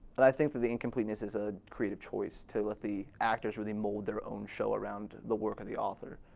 but i think that the incompleteness is a creative choice to let the actors really mold their own show around the work of the author.